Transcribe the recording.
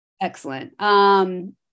Excellent